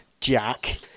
Jack